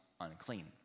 unclean